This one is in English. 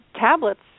tablets